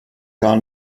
gar